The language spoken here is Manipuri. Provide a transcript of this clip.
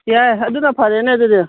ꯌꯥꯏ ꯑꯗꯨꯅ ꯐꯔꯦꯅꯦ ꯑꯗꯨꯗꯤ